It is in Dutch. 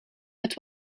met